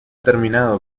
terminado